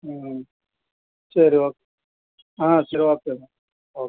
ಹ್ಞೂ ಸರಿ ಓಕ್ ಹಾಂ ಸರಿ ಓಕೆ ಮೆಡಮ್ ಓಕ್